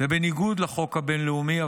ובניגוד לחוק הבין-לאומי.